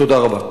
תודה רבה.